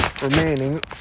remaining